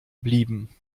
blieben